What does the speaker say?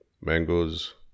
mangoes